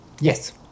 Yes